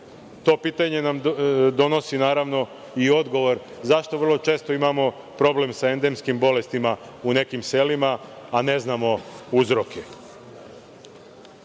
To pitanje nam donosi, naravno, i odgovor zašto vrlo često imamo problem sa endemskim bolestima u nekim selima, a ne znamo uzroke. Zbog